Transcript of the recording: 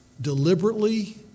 deliberately